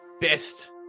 best